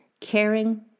caring